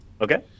Okay